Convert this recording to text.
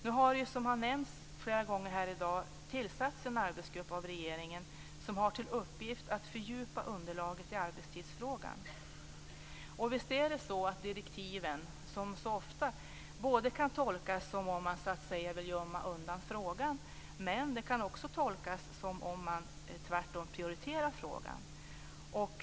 Nu har, som det nämnts flera gånger i dag, regeringen tillsatt en arbetsgrupp som har till uppgift att fördjupa underlaget i arbetstidsfrågan. Visst är det så att direktiven, som så ofta, kan tolkas som om man så att säga vill gömma undan frågan, men de kan också tolkas som om man tvärtom prioriterar frågan.